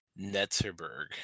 Netzerberg